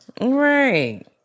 Right